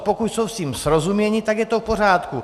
Pokud jsou s tím srozuměni, tak je to v pořádku.